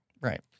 right